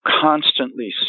constantly